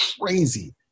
crazy